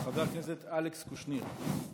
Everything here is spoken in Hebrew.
חבר הכנסת אלכס קושניר,